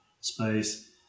space